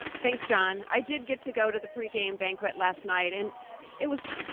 thanks jon, i did get to go to the pregame banquet last night and it was,